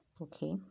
okay